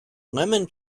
lemon